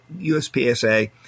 USPSA